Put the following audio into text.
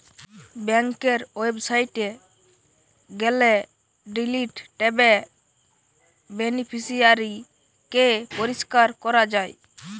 বেংকের ওয়েবসাইটে গেলে ডিলিট ট্যাবে বেনিফিশিয়ারি কে পরিষ্কার করা যায়